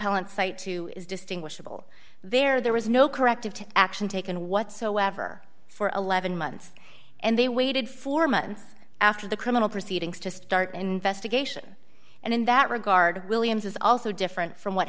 appellant site to is distinguishable there there was no corrective action taken whatsoever for eleven months and they waited four months after the criminal proceedings to start an investigation and in that regard williams is also different from what